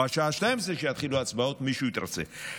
או השעה 12:00, כשיתחילו ההצבעות, מישהו יתרצה.